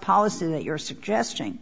policy that you're suggesting